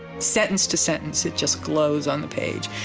sentence to sentence it just glows on the page,